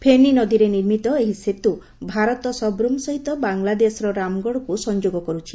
ଫେନି ନଦୀରେ ନିର୍ମିତ ଏହି ସେତୁ ଭାରତ ସବ୍ରୁମ୍ ସହିତ ବାଲାଂଦେଶର ରାମଗଡକୁ ସଂଯୋଗ କରୁଛି